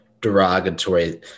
derogatory